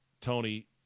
Tony